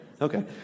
Okay